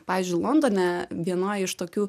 pavyzdžiui londone vienoj iš tokių